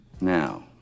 Now